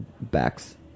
backs